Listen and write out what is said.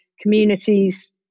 communities